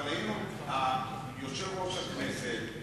אבל יושב-ראש הכנסת,